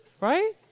right